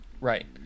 Right